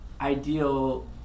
ideal